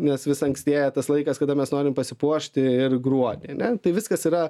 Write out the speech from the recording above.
nes vis ankstėja tas laikas kada mes norim pasipuošti ir gruodį ane tai viskas yra